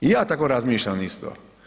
I ja tako razmišljam isto.